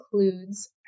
includes